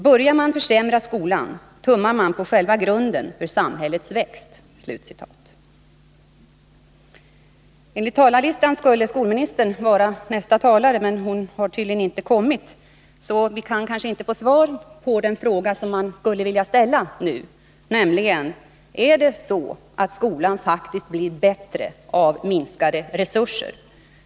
Börjar man försämra skolan, tummar man på själva grunden för samhällets växt.” Enligt talarlistan skulle skolministern vara nästa talare, men hon har tydligen inte kommit. Jag kanske därför inte kan få något svar på den fråga som jag skulle vilja ställa, nämligen om skolan faktiskt blir bättre av minskade resurser.